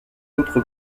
autres